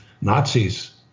Nazis